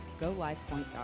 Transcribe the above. golifepoint.com